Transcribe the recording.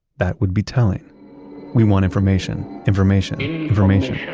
that would be telling we want information information information